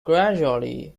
gradually